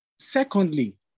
Secondly